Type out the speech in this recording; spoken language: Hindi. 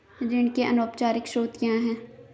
ऋण के अनौपचारिक स्रोत क्या हैं?